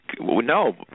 No